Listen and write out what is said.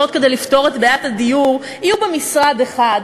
כדי לפתור את בעיית הדיור יהיו במשרד אחד.